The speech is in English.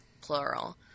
plural